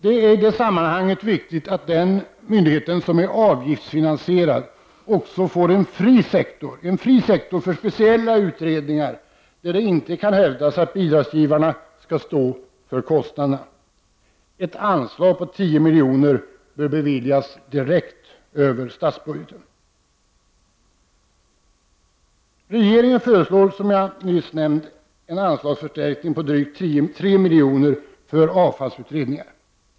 Det är i det sammanhanget viktigt att denna avgiftsfinansierade myndighet också får en fri sektor för speciella utredningar, där det inte kan hävdas att avgiftsskyldiga skall stå för kostnaderna. Ett anslag på 10 milj.kr. bör beviljas direkt över statsbudgeten. Regeringen föreslår som jag nyss nämnt en anslagsförstärkning på drygt 3 milj.kr. för avfallsutredningar.